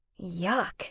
Yuck